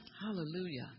Hallelujah